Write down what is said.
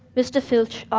mr. filch,